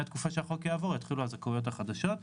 מהתקופה שהחוק הזה יעבור יתחילו הזכאויות החדשות.